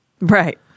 Right